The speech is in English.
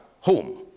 home